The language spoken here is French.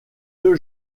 deux